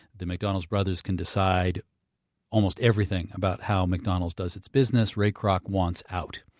the mcdonald's brothers can decide almost everything about how mcdonald's does its business. ray kroc wants out.